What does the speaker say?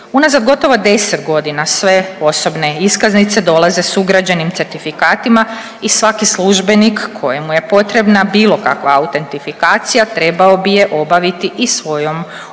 Unazad gotovo 10 godina sve osobne iskaznice dolaze s ugrađenim certifikatima i svaki službenik koji mu je potrebna bilo kakva autentifikacija, trebao bi je obaviti i svojom osobnom